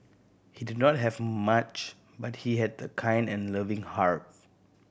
he did not have much but he had a kind and loving heart